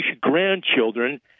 grandchildren